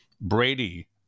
Brady